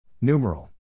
Numeral